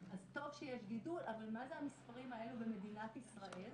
אז טוב שיש גידול אבל מה זה המספרים האלו במדינת ישראל.